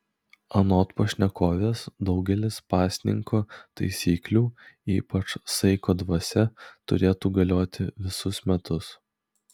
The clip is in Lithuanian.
anot pašnekovės daugelis pasninko taisyklių ypač saiko dvasia turėtų galioti visus metus